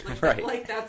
Right